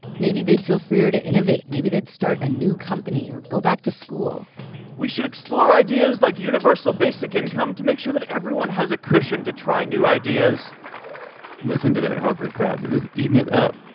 maybe they'd feel freer to innovate. maybe they'd start a new company or go back to school we should explore ideas like universal basic income to make sure that everyone has a cushion to try new ideas listen to that harvard crowd. but it is eating it up.